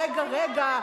רגע-רגע,